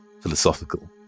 Philosophical